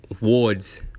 Wards